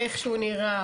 מאיך שהוא נראה,